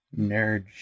Nerd